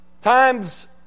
times